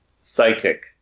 psychic